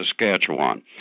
Saskatchewan